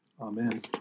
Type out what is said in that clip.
Amen